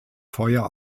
feuer